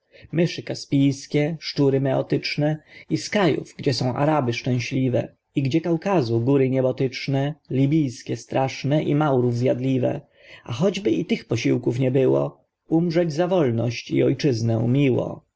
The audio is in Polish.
myszy kaspijskie szczury meotyczne i z krajów gdzie są araby szczęśliwe i gdzie kaukazu góry niebotyczne libijskie straszne i maurów zjadliwe a choćby i tych posiłków nie było umrzeć za wolność i ojczyznę miło